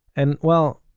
and, well,